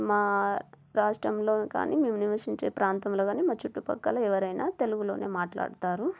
మా రాష్ట్రంలోనే కానీ మేము నివసించే ప్రాంతంలో కాని మా చుట్టుపక్కల ఎవరైనా తెలుగులోనే మాట్లాడతారు